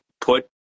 put